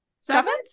seventh